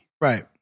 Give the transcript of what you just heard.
right